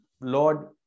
Lord